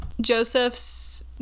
Joseph's